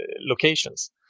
locations